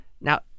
now